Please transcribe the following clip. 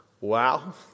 Wow